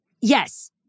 Yes